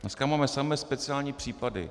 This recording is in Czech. Dneska máme samé speciální případy.